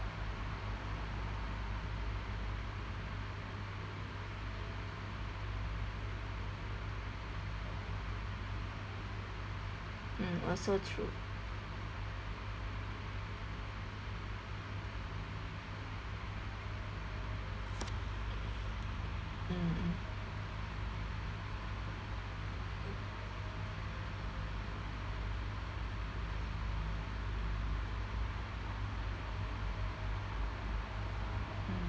mm also true mm mm